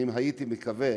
אני הייתי מקווה